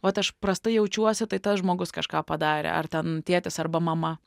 vat aš prastai jaučiuosi tai tas žmogus kažką padarė ar ten tėtis arba mama